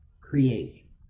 create